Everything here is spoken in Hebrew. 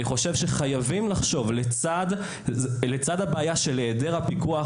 אני חושב שצריך לחשוב, לצד הבעיה של היעדר הפיקוח